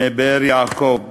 מבאר-יעקב.